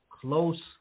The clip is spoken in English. close